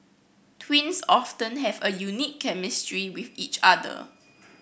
twins often have a unique chemistry with each other